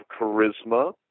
charisma